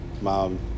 mom